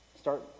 Start